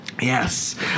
Yes